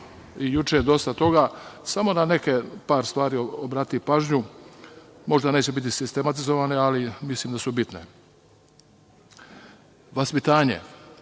i juče dosta toga, samo na par stvari obratiti pažnju, možda neće biti sistematizovane ali mislim da su bitne. Vaspitanje,